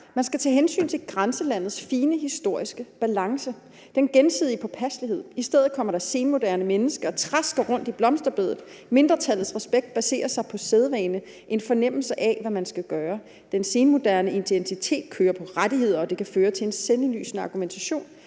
man skal tage hensyn til grænselandets fine historiske balance. Den gensidige påpasselighed. I stedet kommer det senmoderne menneske og trasker rundt i blomsterbedet. Mindretallets respekt baserer sig på sædvane, en fornemmelse af, hvad man skal gøre. Den senmoderne identitet kører på rettigheder, og det kan føre til en selvindlysende argumentation,